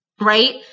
right